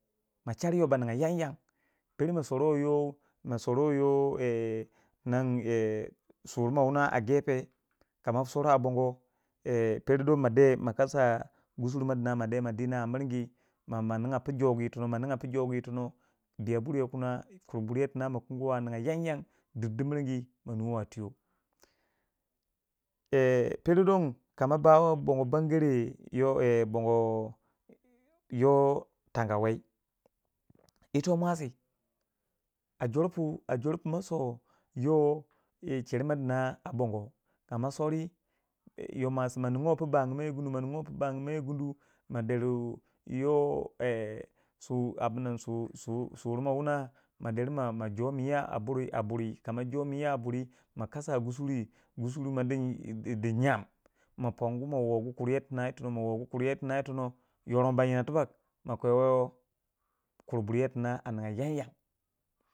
ma chariyạ yo ba nignya peyray ma saru yoh ma sardi yoh ee tinangi ee suru mo wuna a gafẹ kama swaru a bongo ee pero don ma de ma para gafe ma kasa gusure mo dina ma de ma dina a miringyi ma ma nignya pu jogu itono ma nignya pu jogu itono biyau buryo kina ku buryo kina ma kinguwai nignya yan yan dir du no yingi ma yingi a tiyo pero don kama bawạ bongo bangare yoh ee bongo yoh tanga wei, yito mwasi a jor pu a jor pu ma so yoḥ yicherma dina a bongo ka ma sauri yoh mwasi mo ningu ti da ningwa ta dangu mo yi gunu mo ningwa ta dan gu mo yi gunu ma deru yo su abunnan su- su- su suru mo wuna ma der ma ma choni yo a buri a buri ka mo choni yo a buri ma kasa gusuri gusur ma denyi denyi dengya ma pongu ma wogu kurye tina tono kurye tina tono yoron ba yina tubak ma kwe wei kur burye tina a nignya yan yan.